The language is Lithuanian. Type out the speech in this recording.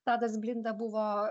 tadas blinda buvo